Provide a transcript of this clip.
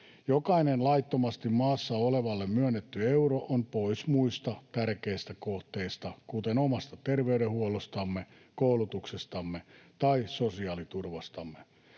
Jokainen laittomasti maassa olevalle myönnetty euro on pois muista tärkeistä kohteista, kuten omasta terveydenhuollostamme, koulutuksestamme tai sosiaaliturvastamme.